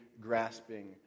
grasping